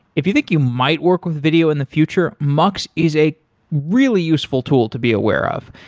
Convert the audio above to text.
if you think you might work with video in the future, mux is a really useful tool to be aware of.